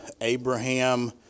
Abraham